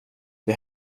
det